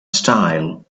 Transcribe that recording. style